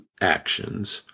actions